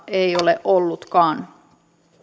ei ole ollutkaan